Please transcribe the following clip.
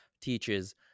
teaches